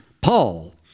Paul